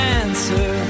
answer